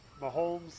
Mahomes